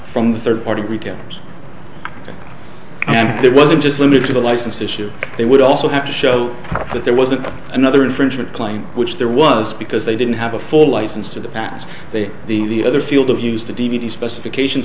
from third party retailers and there wasn't just limited to the license issue they would also have to show that there wasn't another infringement claim which there was because they didn't have a full license to do ads that the other field of use the d v d specifications